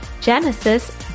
Genesis